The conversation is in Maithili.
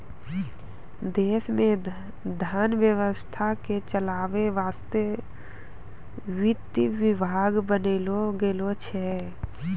देश मे धन व्यवस्था के चलावै वासतै वित्त विभाग बनैलो गेलो छै